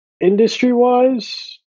Industry-wise